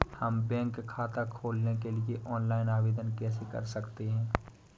हम बैंक खाता खोलने के लिए ऑनलाइन आवेदन कैसे कर सकते हैं?